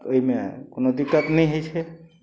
ओइमे कोनो दिक्कत नहि होइ छै